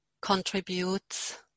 contributes